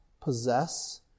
possess